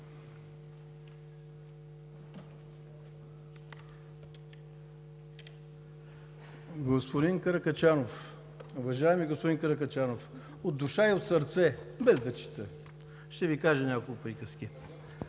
Господин Каракачанов, уважаеми господин Каракачанов, от душа и от сърце, без да чета, ще Ви кажа няколко приказки.